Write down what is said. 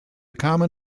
common